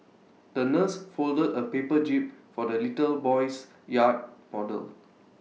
the nurse folded A paper jib for the little boy's yacht model